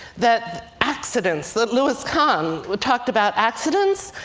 that accidents, that louis kahn, who talked about accidents,